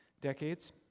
decades